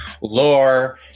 lore